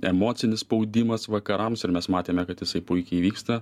emocinis spaudimas vakarams ir mes matėme kad jisai puikiai vyksta